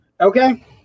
okay